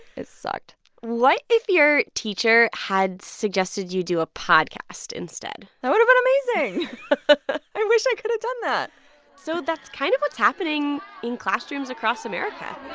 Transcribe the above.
it sucked what if your teacher had suggested you do a podcast instead? that would've been amazing i wish i could've done that so that's kind of what's happening in classrooms across america